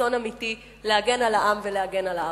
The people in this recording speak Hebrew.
רצון אמיתי להגן על העם ולהגן על הארץ.